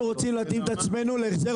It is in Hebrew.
אנחנו רוצים להביא את עצמנו להחזר